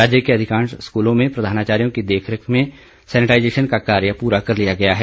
राज्य के अधिकांश स्कूलों में प्रधानाचार्यो की देखरेख में सेंनेटाईजेशन का कार्य पूरा कर लिया गया है